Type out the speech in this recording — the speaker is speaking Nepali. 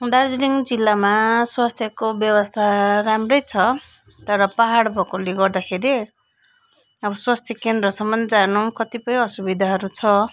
दार्जिलिङ जिल्लामा स्वास्थ्यको व्यवस्था राम्रै छ तर पाहाड भएकोले गर्दाखेरि अब स्वस्थ्य केन्द्रसम्म जानु कतिपय असुविधाहरू छ